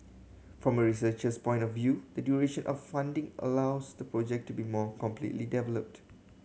from a researcher's point of view the duration of funding allows the project to be more completely developed